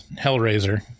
Hellraiser